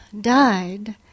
died